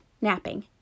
napping